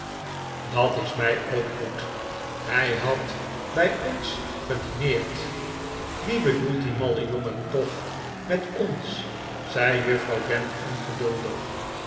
dat is mij ook goed hij had bij ons gedineerd wie bedoelt die malle jongen toch met ons zei juffrouw gamp ongeduldig